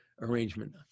arrangement